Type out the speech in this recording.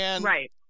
Right